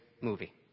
movie